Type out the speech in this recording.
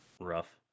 Rough